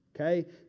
Okay